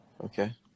Okay